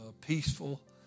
peaceful